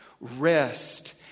Rest